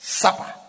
supper